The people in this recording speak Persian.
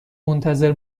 منتظر